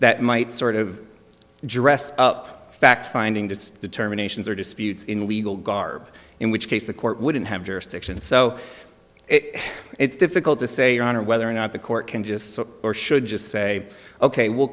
that might sort of dressed up fact finding just determinations or disputes in a legal garb in which case the court wouldn't have jurisdiction so it's difficult to say on whether or not the court can just so or should just say ok we'll